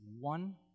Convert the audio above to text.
one